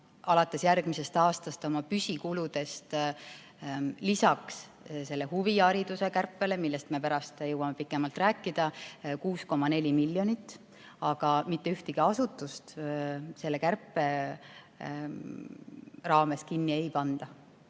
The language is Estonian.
alates järgmisest aastast oma püsikuludest lisaks huvihariduse kärpele, millest me pärast jõuame pikemalt rääkida, kokku hoidma 6,4 miljonit. Aga mitte ühtegi asutust selle kärpe raames kinni ei panda.